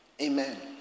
Amen